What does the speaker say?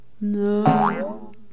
No